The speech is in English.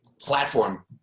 platform